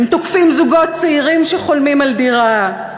הם תוקפים זוגות צעירים שחולמים על דירה,